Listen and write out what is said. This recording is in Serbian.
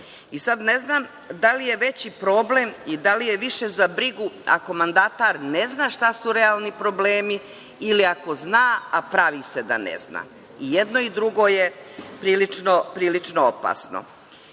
Sada ne znam da li je veći problem i da li je više za brigu ako mandatar ne zna šta su realni problemi ili ako zna, a pravi se da ne zna. I jedno i drugo je prilično